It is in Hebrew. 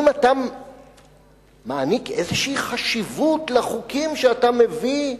אם אתה מעניק איזו חשיבות לחוקים שאתה מביא,